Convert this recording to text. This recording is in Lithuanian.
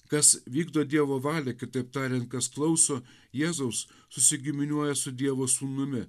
kas vykdo dievo valią kitaip tariant kas klauso jėzaus susigiminiuoja su dievo sūnumi